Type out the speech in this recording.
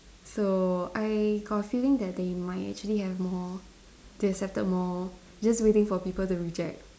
so I got a feeling that they might actually have more they accepted more just waiting for people to reject